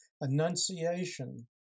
Annunciation